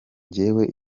njyewe